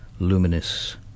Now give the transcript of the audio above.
Luminous